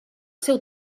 seu